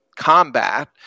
combat